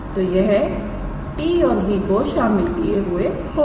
तो यह 𝑡̂ और 𝑏̂ को शामिल किए हुए होगा